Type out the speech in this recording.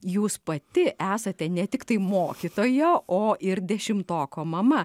jūs pati esate ne tik tai mokytoja o ir dešimtoko mama